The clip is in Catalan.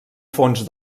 fons